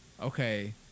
okay